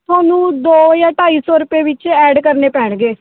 ਤੁਹਾਨੂੰ ਦੋ ਜਾਂ ਢਾਈ ਸੌ ਰੁਪਏ ਵਿੱਚ ਐਡ ਕਰਨੇ ਪੈਣਗੇ